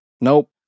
Nope